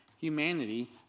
humanity